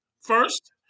first